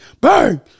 Bang